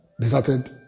deserted